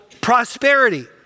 prosperity